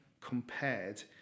compared